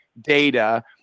data